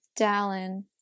Dallin